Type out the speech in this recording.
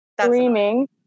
screaming